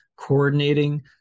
Coordinating